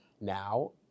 now